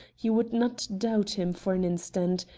you would not doubt him for an instant.